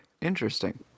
interesting